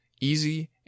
easy